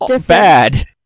bad